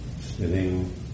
sitting